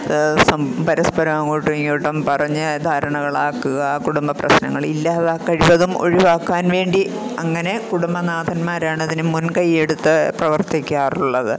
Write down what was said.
പരസ്പരം അങ്ങോട്ടും ഇങ്ങോട്ടും പറഞ്ഞു ധാരണകളാക്കുക കുടുംബപ്രശ്നങ്ങളില്ലാതാക്കുക കഴിവതും ഒഴിവാക്കാന് വേണ്ടി അങ്ങനെ കുടുംബനാഥന്മാരാണതിന് മുന്കൈയെടുത്ത് പ്രവര്ത്തിക്കാറുള്ളത്